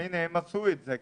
הנה, הם עשו את זה.